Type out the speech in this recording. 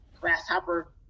grasshopper